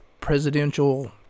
presidential